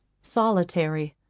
solitary,